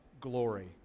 glory